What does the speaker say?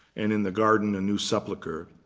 and in the garden new sepulcher,